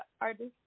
artist